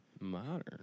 Modern